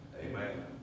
Amen